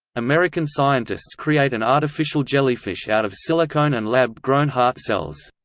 american scientists create an artificial jellyfish out of silicone and lab-grown heart cells.